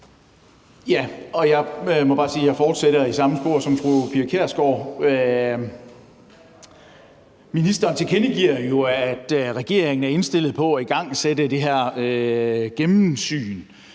jeg fortsætter i samme spor som fru Pia Kjærsgaard. Ministeren tilkendegiver, at regeringen er indstillet på at igangsætte det